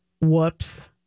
Whoops